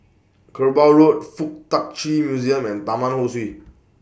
Kerbau Road Fuk Tak Chi Museum and Taman Ho Swee